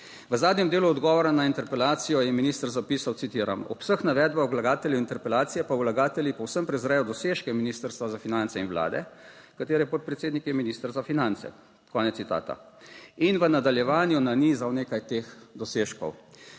V zadnjem delu odgovora na interpelacijo je minister zapisal, citiram: "Ob vseh navedbah vlagateljev interpelacije pa vlagatelji povsem prezrejo dosežke Ministrstva za finance in Vlade, katere podpredsednik je minister za finance." konec citata. In v nadaljevanju nanizal nekaj teh dosežkov,